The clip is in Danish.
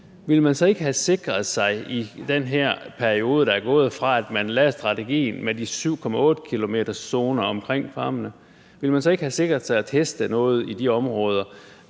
ville man så ikke have sikret i den her periode, der er gået, fra man lagde strategien med de 7,8-kilometerszoner omkring farmene, at teste noget i de områder